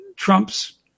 Trump's